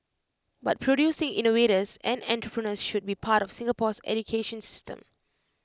but producing innovators and entrepreneurs should be part of Singapore's education system